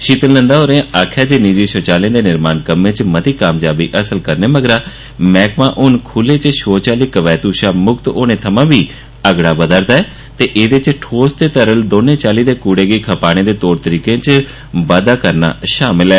शीतल नंदा होरें आक्खेआ जे निजी शौचालयें दे निर्माण कम्में च मती कामयाबी हासल करने मगरा मैह्कमां हुन खुले च शौच आह्ली कबैतु शा मुक्त होने थमां बी अगड़ा बदा'रदा ऐ ते एह्दे च ठोस ते तरल दौनें चाल्ली दे कूड़े गी खपाने दे तौर तरीकें च बाद्दा करना शामल ऐ